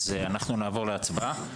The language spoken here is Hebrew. אז אנחנו נעבור להצבעה.